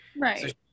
Right